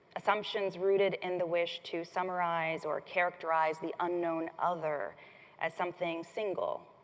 assumptions rooted in the wish to summarize or characterize the unknown other as something single,